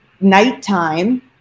nighttime